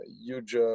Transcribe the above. huge